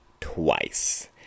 twice